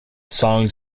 songs